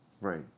Right